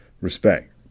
respect